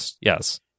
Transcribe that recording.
Yes